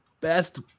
best